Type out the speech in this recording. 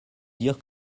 dire